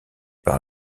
par